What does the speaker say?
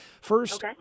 First